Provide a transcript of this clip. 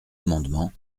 amendement